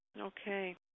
Okay